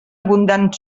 abundant